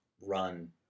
run